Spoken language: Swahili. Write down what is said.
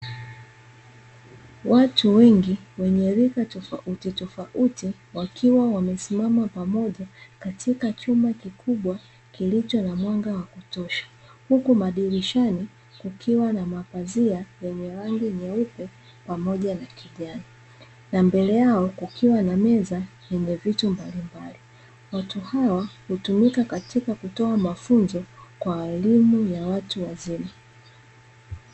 Watu wengi wenye rika tofautitofauti, wakiwa wamesimama pamoja katika chumba kikubwa kilicho na mwanga wa kutosha, huku madirishani kukiwa na mapazia yenye rangi nyeupe pamoja na kijani, na mbele yao kukiwa na meza yenye vitu mbalimbali. Watu hawa hutumika katika kutoa mafunzo kwa elimu ya watu wazima.